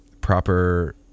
proper